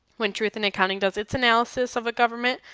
when truth in accounting does its analysis of a government,